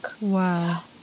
Wow